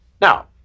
Now